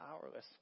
powerless